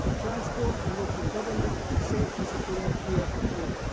transport and local government, sections of the npf report.